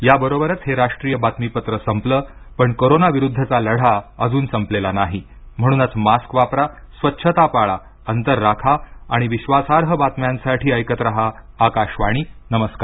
याबरोबरच हे राष्ट्रीय बातमीपत्र संपल पण कोरोनाविरुद्धचा लढा अजून संपलेला नाही म्हणूनच मास्क वापरा स्वच्छता पाळा अंतर राखा आणि विश्वासार्ह बातम्यांसाठी ऐकत राहा आकाशवाणी नमस्कार